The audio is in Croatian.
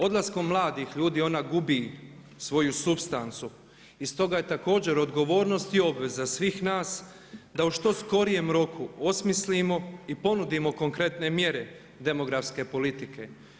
Odlaskom mladih ljudi ona gubi svoju supstancu i stoga je također odgovornost i obveza svih nas da u što skorijem roku osmislimo i ponudimo konkretne mjere demografske politike.